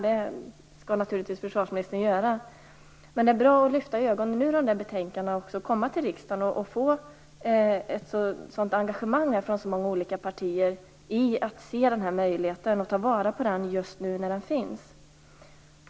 Det skall naturligtvis försvarsministern göra, men det är också bra att lyfta ögonen från betänkandena, komma till riksdagen och möta ett engagemang från olika partier, så att man kan se möjligheterna och ta vara på dem just nu medan de finns.